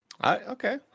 Okay